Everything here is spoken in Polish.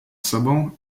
sobą